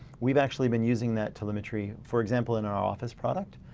we've actually been using that telemetry for example, in our office product.